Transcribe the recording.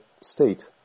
state